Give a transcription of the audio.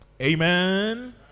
Amen